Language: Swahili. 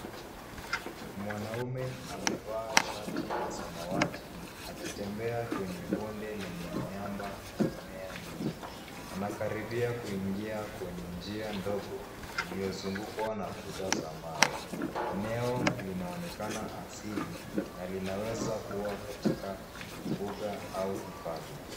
Mwanaume amevaa shati la samawati, akitembea kwenye bonde lenye miamba na mimea mingi. Anakaribia kuingia kwenye njia ndogo, iliyozungukwa na kuta za mawe. Eneo linaonekana asili na linaweza kua katika mbuga au hifadhi.